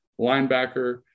linebacker